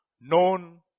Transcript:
known